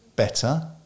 better